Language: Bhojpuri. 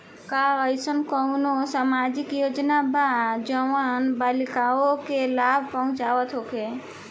का एइसन कौनो सामाजिक योजना बा जउन बालिकाओं के लाभ पहुँचावत होखे?